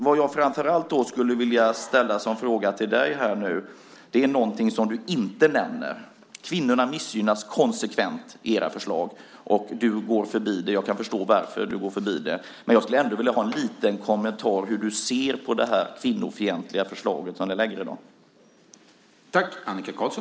Vad jag framför allt skulle vilja fråga dig om, Annika Qarlsson, gäller något som du inte nämner. Kvinnorna missgynnas konsekvent i era förslag, men det går du förbi. Jag kan förstå varför du gör det, men jag skulle ändå vilja ha en liten kommentar till hur du ser på det kvinnofientliga förslag som ni i dag lägger fram.